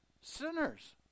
sinners